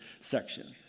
section